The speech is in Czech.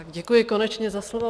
Děkuji konečně za slovo.